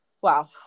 wow